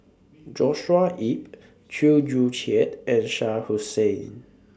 Joshua Ip Chew Joo Chiat and Shah Hussain